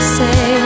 say